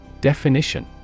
Definition